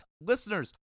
Listeners